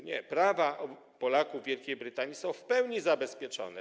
Nie, prawa Polaków w Wielkiej Brytanii są w pełni zabezpieczone.